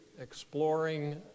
exploring